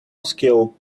skill